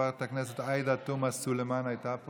חברת הכנסת עאידה תומא סלימאן הייתה פה,